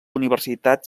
universitat